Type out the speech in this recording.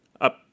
up